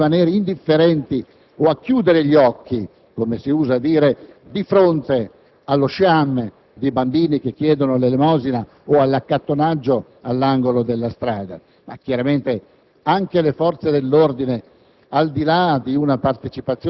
quei poliziotti o quei carabinieri a rimanere indifferenti o a chiudere gli occhi - come si usa dire - di fronte allo sciame di bambini che chiedono l'elemosina o che fanno accattonaggio all'angolo della strada. Chiaramente, anche le forze dell'ordine,